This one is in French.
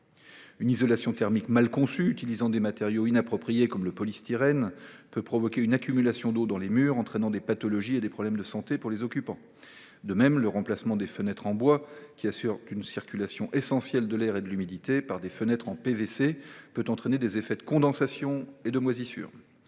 une isolation thermique mal conçue, utilisant des matériaux inappropriés comme le polystyrène, peut provoquer une accumulation d’eau dans les murs, entraînant des pathologies pour les occupants. De même, le remplacement de fenêtres en bois, qui assurent une circulation essentielle de l’air et de l’humidité, par des fenêtres en PVC peut entraîner des effets de condensation et de moisissure.